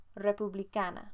republicana